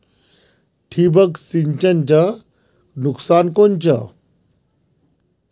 ठिबक सिंचनचं नुकसान कोनचं?